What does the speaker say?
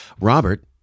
Robert